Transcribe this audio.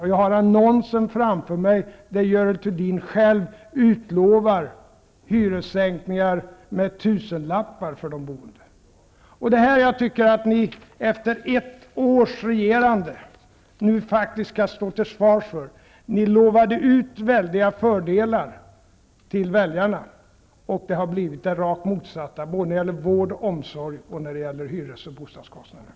Jag har den annons framför mig i vilken Görel Thurdin själv utlovar hyressänkningar med tusenlappar för de boende. Jag tycker att ni efter ett års regerande skall stå till svars för detta. Ni lovade ut stora fördelar till väljarna, och det har blivit det rakt motsatta både när det gäller vård och omsorg och när det gäller hyres och bostadskostnaderna.